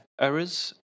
errors